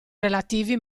relativi